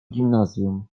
gimnazjum